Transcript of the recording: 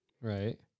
Right